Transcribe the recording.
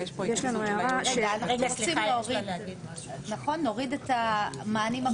רגע, נוריד את המענים הרפואיים.